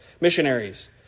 missionaries